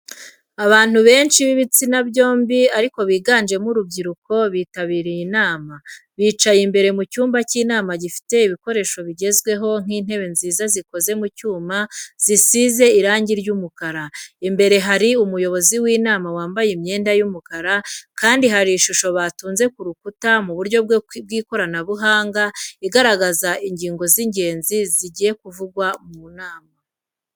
Abantu benshi b'ibitsina byombi ariko biganjemo urubyiruko bitabiriye inama, bicaye imbere mu cyumba cy’inama gifite ibikoresho bigezweho nk'intebe nziza zikoze mu cyuma zisize irangi ry'umukara. Imbere hari umuyobozi w'inama wambaye imyenda y'umukara kandi hari ishusho batunze ku rukuta mu buryo bw'ikoranabuhanga, igaragaza ingingo z'ingenzi ziri kuvugirwa mu nama.